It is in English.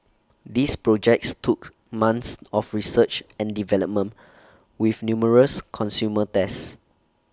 these projects took months of research and development with numerous consumer tests